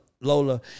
Lola